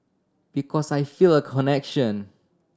because I feel a connection